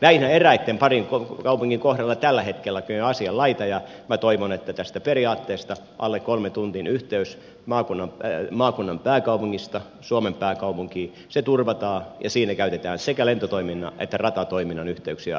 näin eräitten parin kaupungin kohdalla tällä hetkelläkin on asianlaita ja minä toivon että tämä periaate alle kolmen tunnin yhteys maakunnan pääkaupungista suomen pääkaupunkiin turvataan ja siinä käytetään sekä lentotoiminnan että ratatoiminnan yhteyksiä